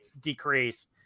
decrease